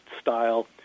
style